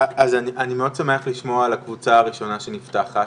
אז אני מאוד שמח לשמוע על הקבוצה הראשונה שנפתחת,